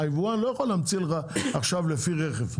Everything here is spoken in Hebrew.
היבואן לא יכול להמציא לך תעודה לפי רכב,